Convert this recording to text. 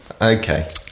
Okay